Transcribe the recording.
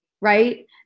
right